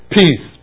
peace